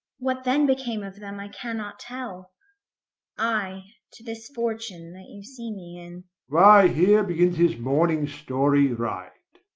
what then became of them i cannot tell i to this fortune that you see me in. why, here begins his morning story right.